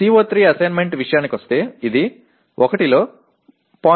CO3 assignment విషయానికొస్తే ఇది 1 లో 0